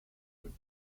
with